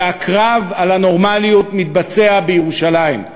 והקרב על הנורמליות מתבצע בירושלים.